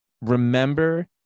remember